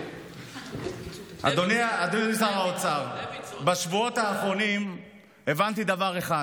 אדוני שר האוצר, בשבועות האחרונים הבנתי דבר אחד: